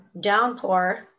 downpour